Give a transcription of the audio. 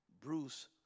Bruce